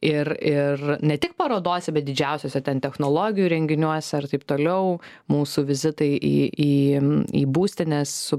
ir ir ne tik parodose bet didžiausiuose ten technologijų renginiuose ir taip toliau mūsų vizitai į į į būstines